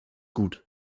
gut